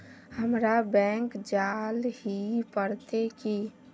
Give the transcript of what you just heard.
हमरा बैंक जाल ही पड़ते की?